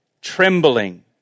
trembling